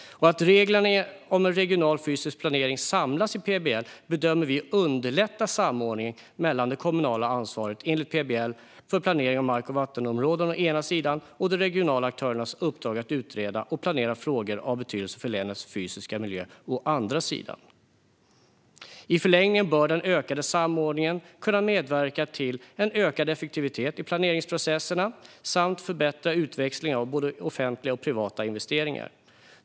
Att reglerna om regional fysisk planering samlas i PBL bedömer vi underlättar samordningen mellan å ena sidan det kommunala ansvaret för planering av mark och vattenområden enligt PBL och å andra sidan de regionala aktörernas uppdrag att utreda och planera frågor av betydelse för länets fysiska miljö. I förlängningen bör den ökade samordningen kunna medverka till en förbättrad effektivitet i planeringsprocesserna samt förbättra utväxlingen av både offentliga och privata investeringar.